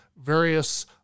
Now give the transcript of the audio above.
various